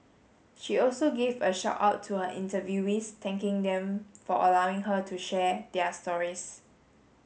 she also gave a shout out to her interviewees thanking them for allowing her to share their stories